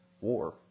war